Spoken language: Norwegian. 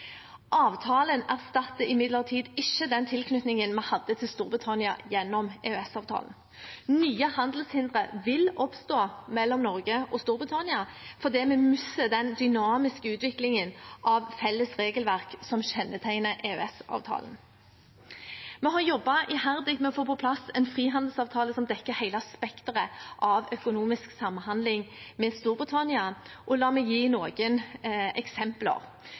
Avtalen erstatter imidlertid ikke den tilknytningen vi hadde til Storbritannia gjennom EØS-avtalen. Nye handelshindre vil oppstå mellom Norge og Storbritannia fordi vi mister den dynamiske utviklingen av felles regelverk som kjennetegner EØS-avtalen. Vi har jobbet iherdig med å få på plass en frihandelsavtale som dekker hele spekteret av økonomisk samhandling med Storbritannia, og la meg gi noen eksempler.